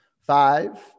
Five